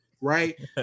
Right